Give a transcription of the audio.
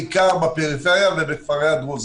בעיקר מהפריפריה ומכפרי הדרוזים.